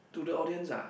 to the audience ah